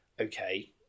okay